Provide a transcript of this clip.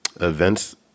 events